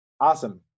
Awesome